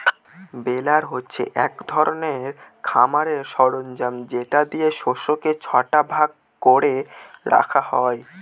বেলার হচ্ছে এক ধরনের খামারের সরঞ্জাম যেটা দিয়ে শস্যকে ছটা ভাগ করে রাখা হয়